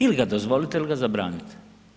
Ili ga dozvolite ili ga zabranite.